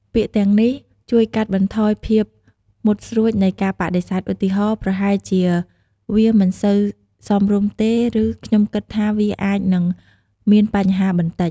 ពាក្យទាំងនេះជួយកាត់បន្ថយភាពមុតស្រួចនៃការបដិសេធ ឧទាហរណ៍ "ប្រហែលជាវាមិនសូវសមរម្យទេ" ឬ "ខ្ញុំគិតថាវាអាចនឹងមានបញ្ហាបន្តិច"។